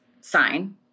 sign